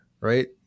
right